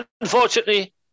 Unfortunately